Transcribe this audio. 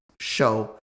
show